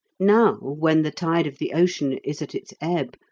now when the tide of the ocean is at its ebb,